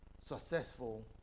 successful